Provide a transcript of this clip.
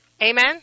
Amen